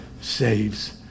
saves